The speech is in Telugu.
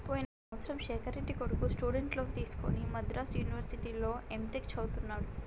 పోయిన సంవత్సరము శేఖర్ రెడ్డి కొడుకు స్టూడెంట్ లోన్ తీసుకుని మద్రాసు యూనివర్సిటీలో ఎంటెక్ చదువుతున్నడు